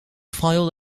file